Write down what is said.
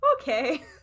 Okay